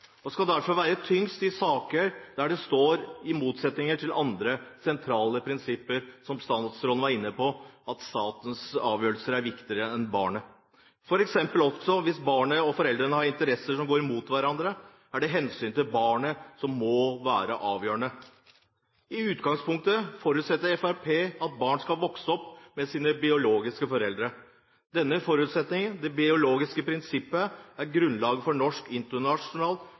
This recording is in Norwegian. Det skal derfor veie tyngst i saker der det står i motsetning til andre sentrale prinsipper – som statsråden var inne på, at statens avgjørelser er viktigere enn barnet. For eksempel hvis barn og foreldre har interesser som går mot hverandre, er det hensynet til barnet som må være avgjørende. I utgangspunktet forutsetter Fremskrittspartiet at barn skal vokse opp med sine biologiske foreldre. Denne forutsetningen, det biologiske prinsipp, er grunnlaget for norsk og internasjonal